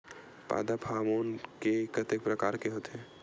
पादप हामोन के कतेक प्रकार के होथे?